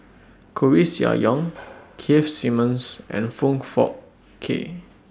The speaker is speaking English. Koeh Sia Yong Keith Simmons and Foong Fook Kay